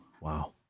Wow